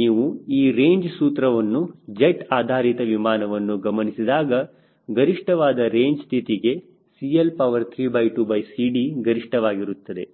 ನೀವು ಈ ರೇಂಜ್ ಸೂತ್ರವನ್ನು ಜೆಟ್ ಆಧಾರಿತ ವಿಮಾನವನ್ನು ಗಮನಿಸಿದಾಗ ಗರಿಷ್ಠವಾದ ರೇಂಜ್ ಸ್ಥಿತಿಗೆ CL32CD ಗರಿಷ್ಠವಾಗಿರುತ್ತದೆ